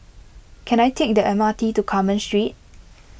can I take the M R T to Carmen Street